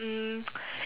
mm